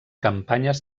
campanyes